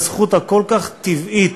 הזכות הכל-כך טבעית,